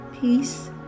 Peace